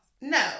No